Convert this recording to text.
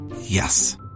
Yes